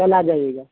کل آ جائیے گا